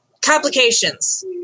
complications